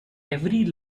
every